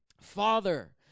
Father